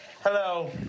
Hello